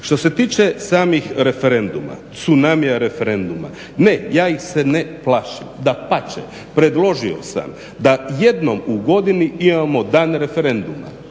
Što se tiče samih referenduma, tsunamija referenduma, ne, ja ih se ne plašim. Dapače, predložio sam da jednom u godini imamo dan referenduma,